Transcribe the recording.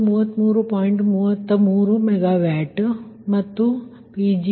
33 MW MW ಮತ್ತು Pg2133